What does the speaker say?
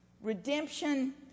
redemption